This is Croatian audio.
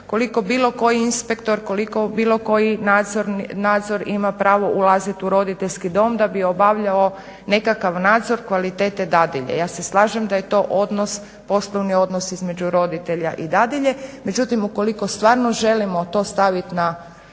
Koliko bilo koji inspektor koliko bilo koji nadzor ima pravo ulaziti u roditeljski dom da bi obavljao nekakav nadzor kvalitete dadilje. Ja se slažem da je to poslovni odnos između roditelja i dadilje, međutim ukoliko stvarno želimo to staviti na